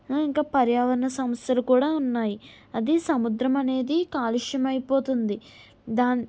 ఇంకా పర్యావరణ సమస్యలు కూడా ఉన్నాయి అది సముద్రం అనేది కాలుష్యం అయిపోతుంది దాన్ని